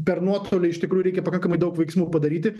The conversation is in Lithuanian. per nuotolį iš tikrųjų reikia pakankamai daug veiksmų padaryti